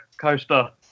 coaster